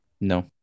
No